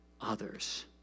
others